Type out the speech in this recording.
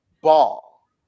ball